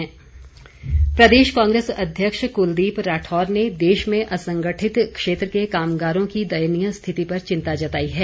राठौर प्रदेश कांग्रेस अध्यक्ष कुलदीप राठौर ने देश में असंगठित क्षेत्र के कामगारों की दयनीय स्थिति पर चिंता जताई है